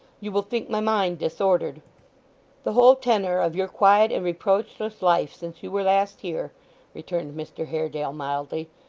you will think my mind disordered the whole tenor of your quiet and reproachless life since you were last here returned mr haredale, mildly,